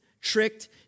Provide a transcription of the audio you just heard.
tricked